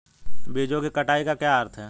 बीजों की कटाई का क्या अर्थ है?